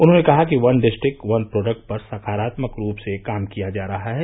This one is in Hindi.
उन्होंने कहा कि वन डिस्टिक वन प्रोर्डक्ट पर सकारात्मक रूप से काम किया जा रहा है